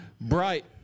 Bright